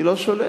אני לא שולל.